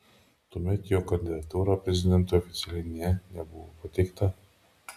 tuomet jo kandidatūra prezidentui oficialiai nė nebuvo pateikta